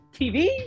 TV